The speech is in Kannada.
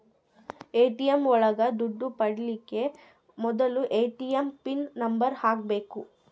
ಎ.ಟಿ.ಎಂ ಒಳಗ ದುಡ್ಡು ಪಡಿಯೋಕೆ ಮೊದ್ಲು ಎ.ಟಿ.ಎಂ ಪಿನ್ ನಂಬರ್ ಹಾಕ್ಬೇಕು